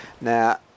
Now